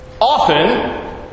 Often